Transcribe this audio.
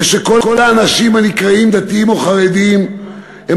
וכל האנשים הנקראים דתיים או חרדים הם